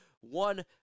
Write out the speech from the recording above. One